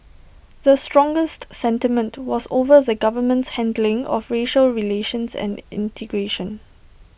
the strongest sentiment was over the government's handling of racial relations and integration